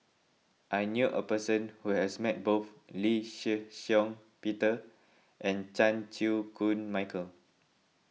I knew a person who has met both Lee Shih Shiong Peter and Chan Chew Koon Michael